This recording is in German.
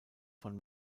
von